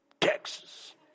Texas